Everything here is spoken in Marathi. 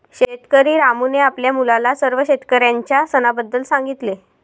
शेतकरी रामूने आपल्या मुलाला सर्व शेतकऱ्यांच्या सणाबद्दल सांगितले